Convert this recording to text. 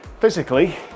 physically